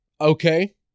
okay